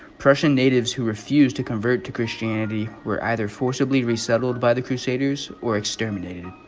prussian natives who refused to convert to christianity were either forcibly resettled by the crusaders or exterminated